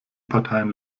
parteien